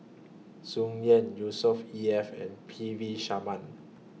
Tsung Yeh E F and P V Sharma